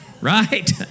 right